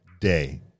day